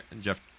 Jeff